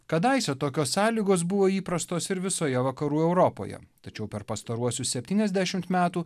kadaise tokios sąlygos buvo įprastos ir visoje vakarų europoje tačiau per pastaruosius septyniasdešimt metų